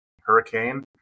hurricane